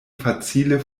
facile